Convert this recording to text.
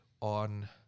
on